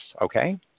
Okay